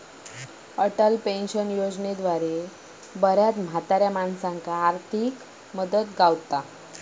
Atal pension योजनेद्वारा बऱ्याच म्हाताऱ्या माणसांका आर्थिक मदत मिळाली हा